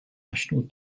national